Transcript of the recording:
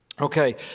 Okay